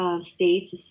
states